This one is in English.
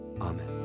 Amen